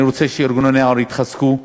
אני רוצה שארגוני נוער יתחזקו.